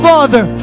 Father